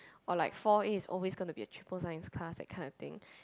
or like four A is always gonna be a triple science class that kind of thing